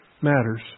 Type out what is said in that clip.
matters